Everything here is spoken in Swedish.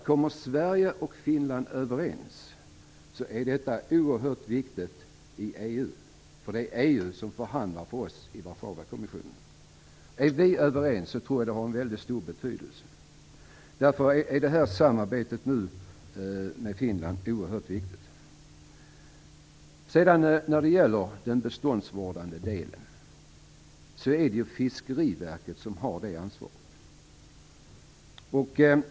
Kommer Sverige och Finland överens är detta oerhört viktigt i EU, för det är EU som förhandlar för oss i Warszawakommissionen. Är vi överens tror jag att det har väldigt stor betydelse. Därför är samarbetet med Finland oerhört viktigt. När det gäller den beståndsvårdande delen är det Fiskeriverket som har ansvaret.